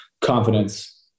Confidence